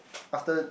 after